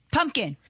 Pumpkin